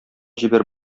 җибәр